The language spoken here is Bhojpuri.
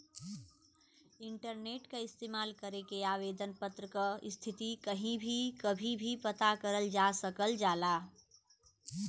इंटरनेट क इस्तेमाल करके आवेदन पत्र क स्थिति कहीं भी कभी भी पता करल जा सकल जाला